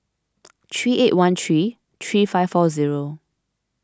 three eight one three three five four zero